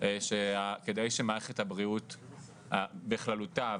כדי שמערכת הבריאות בכללותה,